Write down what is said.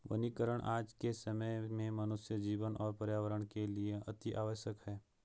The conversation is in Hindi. वनीकरण आज के समय में मनुष्य जीवन और पर्यावरण के लिए अतिआवश्यक है